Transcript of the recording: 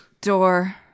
Door